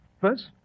First